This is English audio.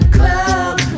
club